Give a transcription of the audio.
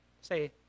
Say